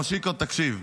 מושיקו, תקשיב.